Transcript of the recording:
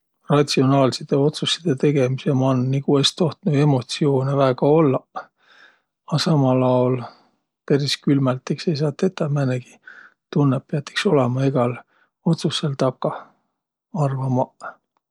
Ratsionaalsidõ otsussidõ tegemise man nigu es tohtnuq emotsiuunõ väega ollaq, a samal aol peris külmält iks ei saaq tetäq. Määnegi tunnõq piät iks olõma egäl otsussõl takah, arva maq.